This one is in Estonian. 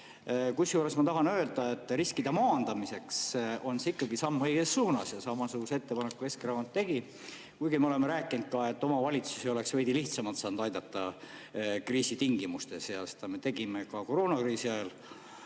Kusjuures ma tahan öelda, et riskide maandamiseks on see ikkagi samm õiges suunas. Samasuguse ettepaneku Keskerakond ka tegi, kuigi me oleme rääkinud sellestki, et omavalitsusi oleks veidi lihtsamalt saanud kriisi tingimustes aidata. Seda me tegime koroonakriisi ajal,